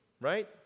Right